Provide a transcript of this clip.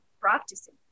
practicing